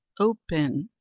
open!